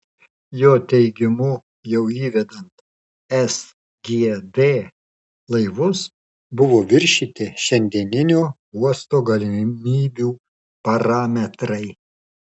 jo teigimu jau įvedant sgd laivus buvo viršyti šiandieninio uosto galimybių parametrai